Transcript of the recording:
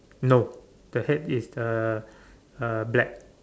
no the head is the uh black